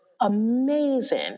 amazing